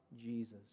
Jesus